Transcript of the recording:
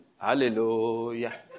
Hallelujah